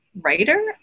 writer